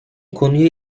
konuyu